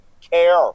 care